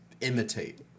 Imitate